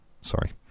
sorry